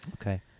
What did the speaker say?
okay